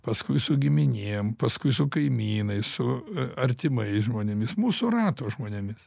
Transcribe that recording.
paskui su giminėm paskui su kaimynais su artimais žmonėmis mūsų rato žmonėmis